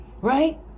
right